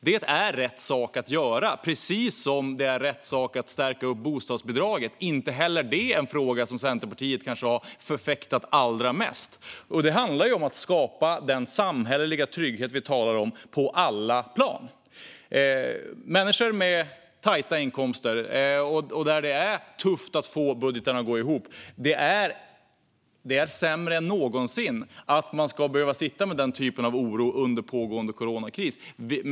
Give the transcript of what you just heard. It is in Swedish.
Det är rätt sak att göra, precis som att det är rätt att stärka upp bostadsbidraget. Inte heller det är en fråga som Centerpartiet kanske har förfäktat allra mest. Det handlar om att på alla plan skapa den samhälleliga trygghet vi talar om. För människor med tajta inkomster är det tufft att få budgeten att gå ihop. Det är värre än någonsin att behöva sitta med den typen av oro under pågående coronakris.